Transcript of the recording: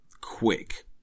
quick